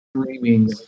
streaming